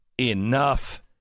enough